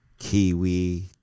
kiwi